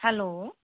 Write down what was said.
hello